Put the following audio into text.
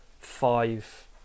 five